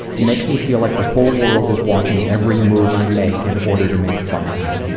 it makes me feel like the whole world is watching every move i make in order to make fun of me.